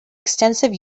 extensive